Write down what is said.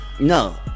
No